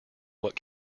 what